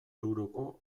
euroko